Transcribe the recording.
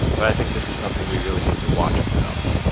but i think this is something we really need to watch and develop.